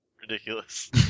ridiculous